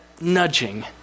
nudging